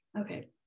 Okay